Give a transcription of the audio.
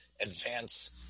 advance